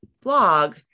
blog